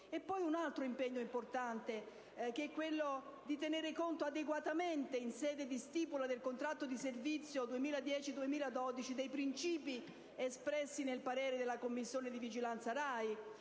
un altro impegno importante: quello di tenere adeguatamente in conto, in sede di stipula del contratto di servizio 2010-2012, i principi espressi nel parere della Commissione di vigilanza RAI.